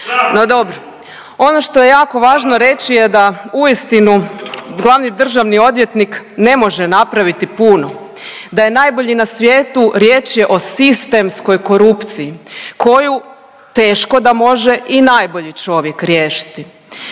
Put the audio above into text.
No dobro, ono što je jako važno reći je da uistinu glavni državni odvjetnik ne može napraviti puno. Da je najbolji na svijetu, riječ je o sistemskoj korupciji koju teško da može i najbolji čovjek riješiti.